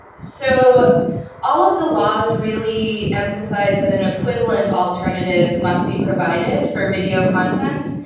so all of the laws really emphasize that an equivalent alternative must be provided for video content.